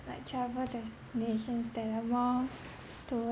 like travel destinations that are more towards